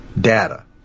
data